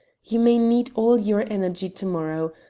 you may need all your energy to-morrow.